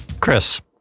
Chris